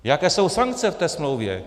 Jaké jsou sankce v té smlouvě?